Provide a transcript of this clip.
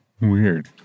Weird